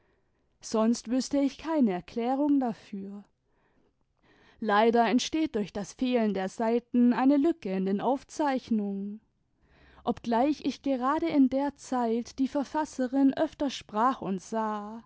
sonst wüßte ich keine erklärung dafür leider entsteht durch das fehlen der seiten eine lücke in den aufzeichnungen obgleich ich gerade in der zeit die verfasserin öfters sprach und sah